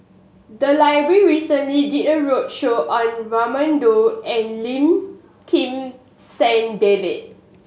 the library recently did a roadshow on Raman Daud and Lim Kim San David